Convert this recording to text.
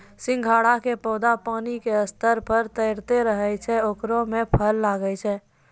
सिंघाड़ा के पौधा पानी के सतह पर तैरते रहै छै ओकरे मॅ फल लागै छै